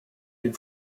den